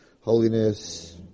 holiness